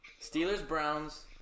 Steelers-Browns